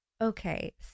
Okay